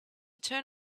turn